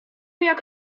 jak